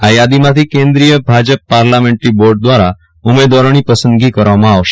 આ યાદોમાંથી કેન્દીય ભાજપ પાર્લામેન્ટી બોર્ડ દવારા ઉમેદવારોની પસંદગી કરવામાં આવશે